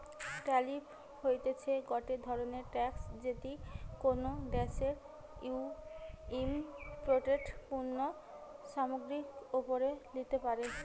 tariff হতিছে গটে ধরণের ট্যাক্স যেটি কোনো দ্যাশে ইমপোর্টেড পণ্য সামগ্রীর ওপরে লিতে পারে